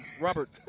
Robert